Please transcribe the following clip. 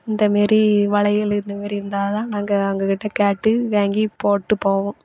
இந்த மாரி வளையலு இந்த மாரி இருந்தால் தான் நாங்கள் அவுங்ககிட்ட கேட்டு வாங்கி போட்டு போவோம்